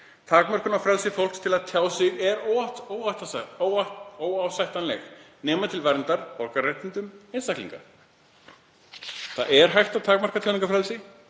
Takmörkun á frelsi fólks til að tjá sig er óásættanleg, nema til verndar borgararéttindum einstaklinga. Það er hægt að takmarka tjáningarfrelsi.